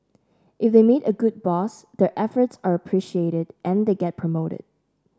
if they meet a good boss their efforts are appreciated and they get promoted